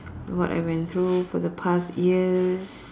what I went through for the past years